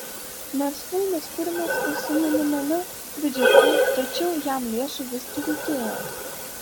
nors filmas kuriamas ir su minimaliu biudžetu tačiau jam lėšų visgi reikėjo